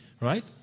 right